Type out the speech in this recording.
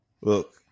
Look